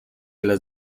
las